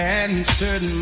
answered